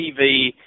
TV